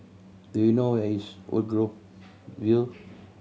do you know where is Woodgrove View